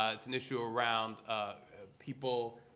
ah it's an issue around ah people,